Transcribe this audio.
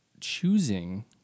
choosing